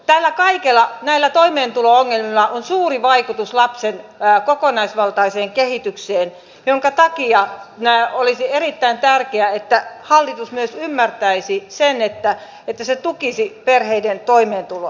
tällä kaikella näillä toimeentulo ongelmilla on suuri vaikutus lapsen kokonaisvaltaiseen kehitykseen minkä takia olisi erittäin tärkeää että hallitus myös ymmärtäisi sen että se tukisi perheiden toimeentuloa